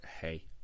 Hey